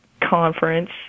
conference